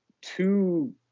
two